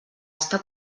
està